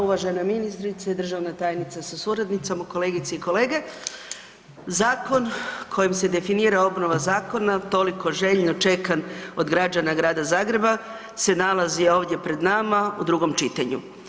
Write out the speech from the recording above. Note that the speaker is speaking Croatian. Uvažena ministrice i državna tajnice sa suradnicom, kolegice i kolege, zakon kojim se definira obnova zakona toliko željno čekan od građana Grada Zagreba se nalazi ovdje pred nama u drugom čitanju.